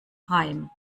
heim